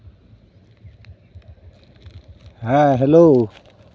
ᱦᱮᱸ ᱦᱮᱞᱳ